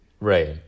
Right